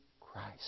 Christ